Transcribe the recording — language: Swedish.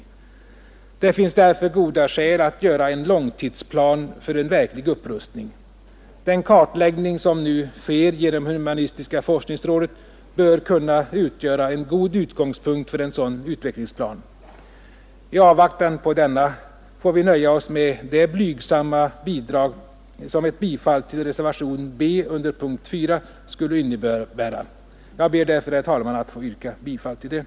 Det finns därför goda skäl att göra en långtidsplan för en verklig upprustning. Den kartläggning som nu sker genom humanistiska forskningsrådet bör kunna utgöra en god utgångspunkt för en sådan utvecklingsplan. I avvaktan på denna får vi nöja oss med det blygsamma bidrag som ett bifall till reservationen B vid punkten 4 skulle innebära. Jag ber därför, herr talman, att få yrka bifall till den.